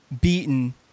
beaten